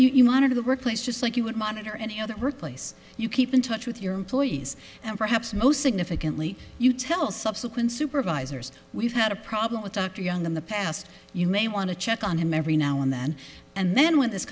and you monitor the workplace just like you would monitor any other workplace you keep in touch with your employees and perhaps most significantly you tell subsequent supervisors we've had a problem with dr young in the past you may want to check on him every now and then and then with this